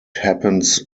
happens